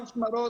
בעניין משמרות,